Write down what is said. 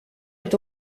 est